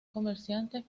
comerciantes